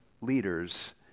leaders